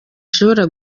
ishobora